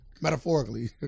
Metaphorically